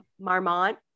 Marmont